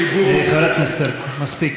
רצח, טוב, מספיק, מספיק.